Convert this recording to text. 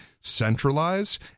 centralize